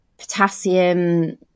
potassium